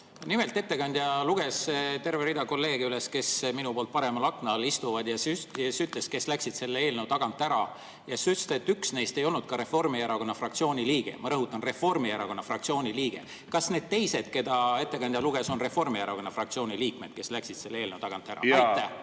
Nimelt, ettekandja luges üles terve rea kolleege, kes minu poolt paremal akna all istuvad, ja siis ütles, kes läksid selle eelnõu tagant ära, ja siis ütles, et üks neist ei olnud ka Reformierakonna fraktsiooni liige. Ma rõhutan: Reformierakonna fraktsiooni liige. Kas need teised, keda ettekandja nimetas, on Reformierakonna fraktsiooni liikmed, kes läksid selle eelnõu tagant ära? Aitäh!